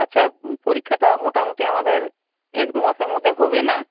আচ্ছা পরীক্ষাটা মোটামুটি আমাদের এক দু মাসের মধ্যে হবে না